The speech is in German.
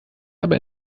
aber